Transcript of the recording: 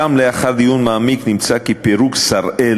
שם, לאחר דיון מעמיק, נמצא כי פירוק "שראל"